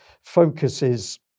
focuses